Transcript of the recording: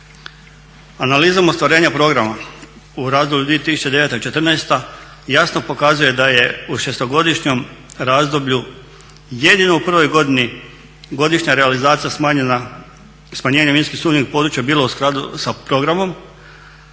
Analizom ostvarenja programa u razdoblju 2009.-2014.jasno pokazuje da je u šestogodišnjem razdoblju jedino u prvoj godini godišnja realizacija smanjena, smanjenje minski sumnjivih područja bilo u skladu sa programom